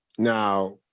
Now